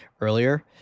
earlier